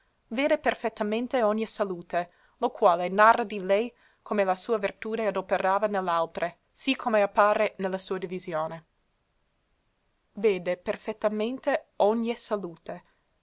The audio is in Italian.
vede perfettamente ogne salute lo quale narra di lei come la sua vertude adoperava ne l'altre sì come appare ne la sua divisione vede perfettamente ogne salute